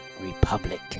Republic